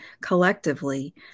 collectively